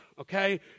okay